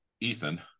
Ethan